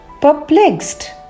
perplexed